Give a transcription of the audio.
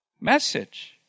message